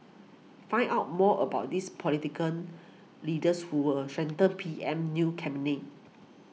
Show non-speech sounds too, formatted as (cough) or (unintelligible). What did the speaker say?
find out more about these (unintelligible) leaders who'll strengthen PM's new cabinet